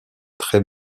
très